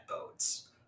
boats